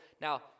Now